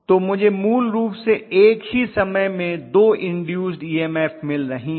तो मुझे मूल रूप से एक ही समय में दो इन्दूस्ड ईएमएफ मिल रही हैं